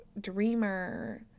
dreamer